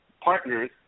Partners